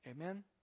Amen